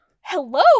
hello